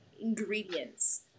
ingredients